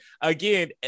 again